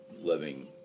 living